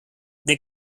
they